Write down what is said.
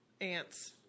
Ants